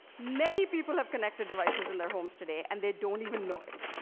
many people have connected devices in their homes today and they don't even know it.